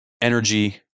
energy